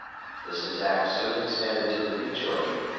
this attack soon extended to the peach orchard.